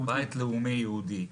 בית לאומי ייעודי,